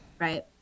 right